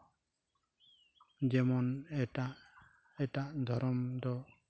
ᱡᱮᱢᱚᱱ ᱮᱴᱟᱜ ᱮᱴᱟᱜ ᱫᱷᱚᱨᱚᱢ ᱫᱚ